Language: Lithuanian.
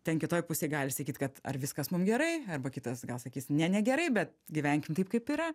ten kitoj pusėj gali sakyt kad ar viskas mum gerai arba kitas gal sakys ne negerai bet gyvenkim taip kaip yra